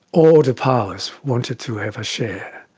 all the powers wanted to have a share.